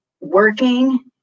working